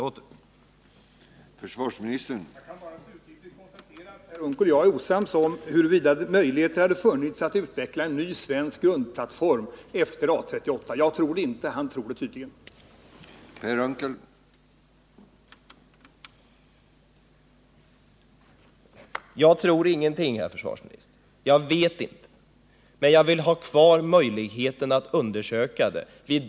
Jag kan bara slutgiltigt konstatera att Per Unckel och jag är Tisdagen den oense om huruvida möjligheter hade funnits för att utveckla en ny svensk 20 mars 1979 grundplattform efter A 38. Jag tror det inte, han tror det tydligen.